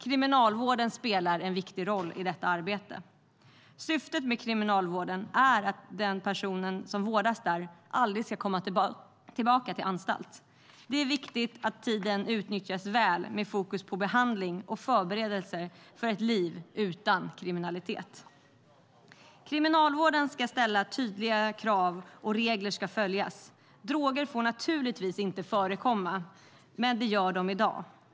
Kriminalvården spelar en viktig roll i detta arbete. Syftet med kriminalvården är att den person som vårdas där aldrig ska komma tillbaka till anstalt. Det är viktigt att tiden utnyttjas väl med fokus på behandling och förberedelser för ett liv utan kriminalitet. Kriminalvården ska ställa tydliga krav, och regler ska följas. Droger får naturligtvis inte förekomma. Men det gör de i dag.